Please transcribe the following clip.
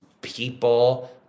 people